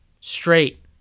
straight